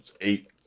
eight